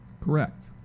Correct